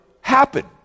happen